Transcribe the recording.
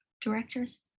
directors